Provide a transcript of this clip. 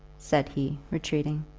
said he, retreating.